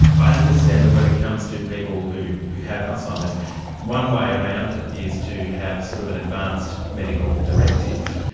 i understand that when it comes to people who who have alzheimer's one way around it is to have sort of an advanced medical directive,